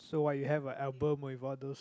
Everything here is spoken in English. so what you have an album with all those